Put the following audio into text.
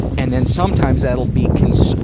and then, sometimes that'll be consu,